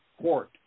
court